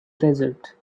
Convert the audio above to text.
desert